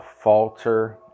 falter